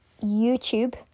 YouTube